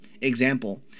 Example